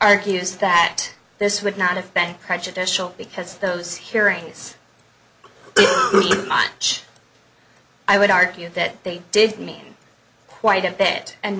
argues that this would not have been prejudicial because those hearings much i would argue that they did me quite a bit and